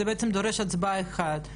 זה דורש הצבעה אחת,